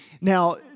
Now